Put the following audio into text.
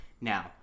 Now